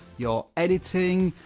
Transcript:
your editing,